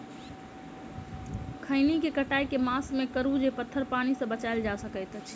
खैनी केँ कटाई केँ मास मे करू जे पथर पानि सँ बचाएल जा सकय अछि?